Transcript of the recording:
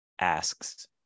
asks